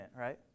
right